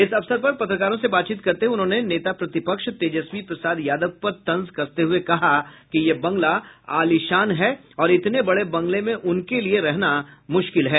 इस अवसर पर पत्रकारों से बातचीत करते हुए उन्होंने नेता प्रतिपक्ष तेजस्वी प्रसाद यादव पर तंज कसते हुए कहा कि ये बंगला आलीशान है और इतने बड़े बंगले में उनके लिए रहना मुश्किल है